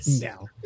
No